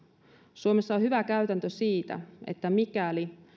suomessa on hyvä käytäntö siitä että mikäli